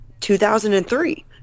2003